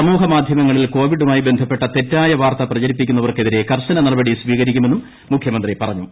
സാമൂഹ്യമാധ്യമങ്ങളിൽ കോവിഡുമായി തെറ്റായ വാർത്ത പ്രചരിപ്പിക്കുന്നവർക്കെതിരെ കർശനനടപടി സ്വീകരിക്കുമെന്നും മുഖ്യമന്ത്രി പറഞ്ഞു